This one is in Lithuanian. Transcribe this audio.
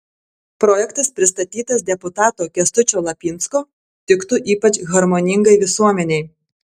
projektas pristatytas deputato kęstučio lapinsko tiktų ypač harmoningai visuomenei